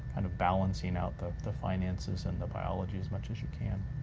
kind of balancing out the the finances and the biology as much as you can.